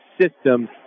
system